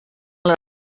les